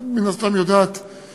מן הסתם את יודעת,